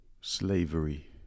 SLAVERY